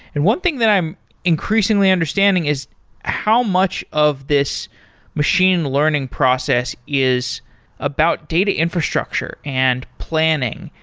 and one thing that i'm increasingly understanding is how much of this machine learning process is about data infrastructure and planning,